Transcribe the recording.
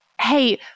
hey